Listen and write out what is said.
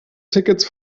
tickets